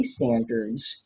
standards